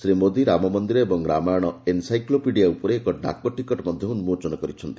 ଶ୍ରୀ ମୋଦି ରାମମନ୍ଦିର ଓ Ramayana encyclopaedia ଉପରେ ଏକ ଡାକଟିକଟ ମଧ୍ୟ ଉନ୍କୋଚନ କରିଛନ୍ତି